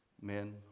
Men